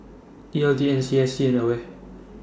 E L D N S C S and AWARE